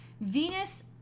Venus